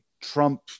Trump